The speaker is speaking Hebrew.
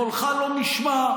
קולך לא נשמע,